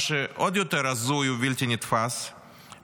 מה שעוד יותר הזוי ובלתי נתפס,